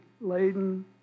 laden